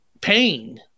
pain